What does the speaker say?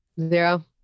zero